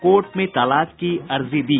court में तलाक की अर्जी दी